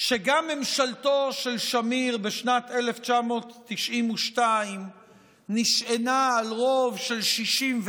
שגם ממשלתו של שמיר בשנת 1992 נשענה על רוב של 64,